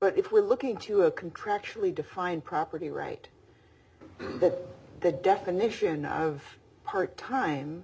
but if we're looking to a contractually defined property right that the definition of part time